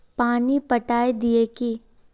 पानी पटाय दिये की?